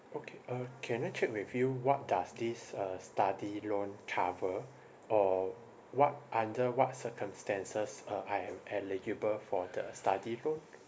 okay uh can I check with you what does this uh study loan cover or what under what circumstances uh I am eligible for the study loan